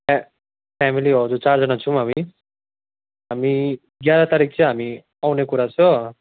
फ्या family हजुर चारजना छौँ हामी हामी एघार तारिक चाहिँ हामी आउने कुरा छ